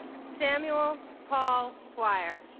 samuel paul swire